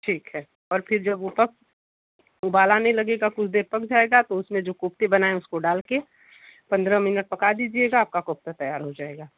ठीक है और फिर जा वो पक उबाल आने लगेगा कुछ देर पक जाएगा तो उसमें जो कोफ्ते बनाए हैं उसको डाल के पंद्रह मिनट पाक दीजिएगा पक ऊक के तैयार हो जाएगा